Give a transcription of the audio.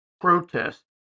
protests